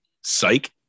Psych